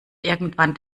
irgendwann